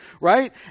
right